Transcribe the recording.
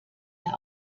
der